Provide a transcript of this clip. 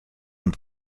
und